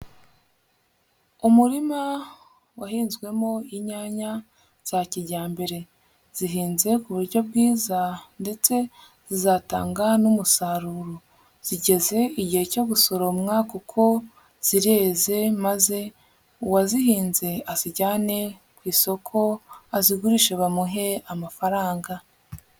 Umurima wahinzwemo inyanya za kijyambere, zihinze ku buryo bwiza ndetse zizatanga n'umusaruro, zigeze igihe cyo gusoromwa kuko kireje maze uwazihinze azijyane ku isoko azigurishe bamuhe amafaranga.